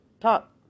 Talk